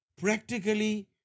practically